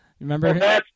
Remember